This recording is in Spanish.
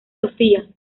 sofía